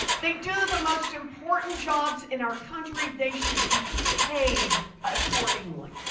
they do the most important jobs in our country, they should be paid accordingly.